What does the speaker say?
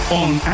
on